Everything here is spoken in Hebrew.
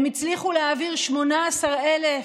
הם הצליחו להעביר 18,000 זקנים,